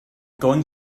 going